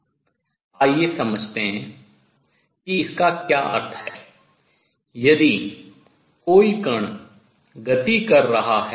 आइए समझते हैं कि इसका क्या अर्थ है कि यदि कोई कण गति कर रहा है